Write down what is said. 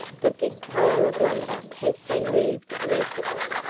that this pile of lumber has been moved recently.